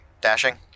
dashing